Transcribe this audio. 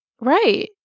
Right